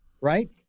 right